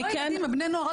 הם לא צעירים, הם בני נוער.